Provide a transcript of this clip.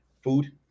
food